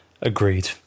Agreed